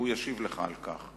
והוא ישיב לך על כך.